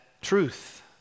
truth